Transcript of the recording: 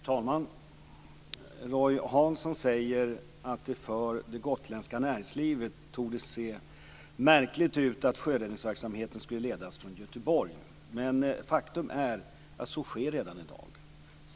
Fru talman! Roy Hansson säger att det för det gotländska näringslivet torde se märkligt ut att sjöräddningsverksamheten skulle ledas från Göteborg. Faktum är att så sker redan i dag.